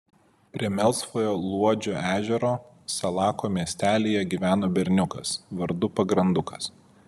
prie melsvojo luodžio ežero salako miestelyje gyveno berniukas vardu pagrandukas